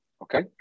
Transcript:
Okay